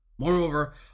Moreover